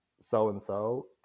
so-and-so